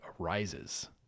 arises